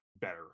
better